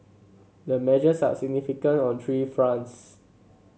the measures are significant on three fronts